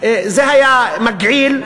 זה היה מגעיל,